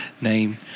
name